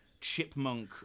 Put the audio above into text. chipmunk